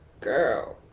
Girl